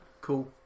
Cool